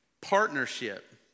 partnership